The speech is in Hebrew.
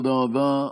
תודה רבה.